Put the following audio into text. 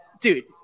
dude